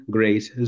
Grace